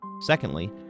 Secondly